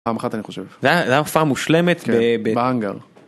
פעם אחת אני חושב זה היה הופעה מושלמת בהנגר